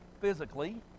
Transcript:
physically